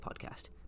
podcast